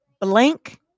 blank